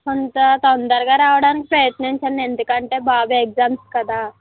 కొంత తొందరగా రావడానికి ప్రయత్నించండి ఎందుకంటే బాగా ఎగ్జామ్స్ కదా